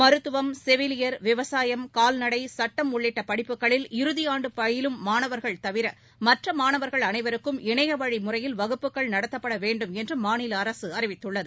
மருத்துவம் செவிலியர் விவசாயம் கால்நடை சுட்டம் உள்ளிட்ட படிப்புகளில் இறுதியாண்டு பயிலும் மாணவர்கள் தவிர மற்ற மாணவர்கள் அனைவருக்கும் இணையவழி முறையில் வகுப்புகள் நடத்தப்பட வேண்டும் என்று மாநில அரசு அறிவித்துள்ளது